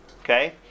okay